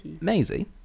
Maisie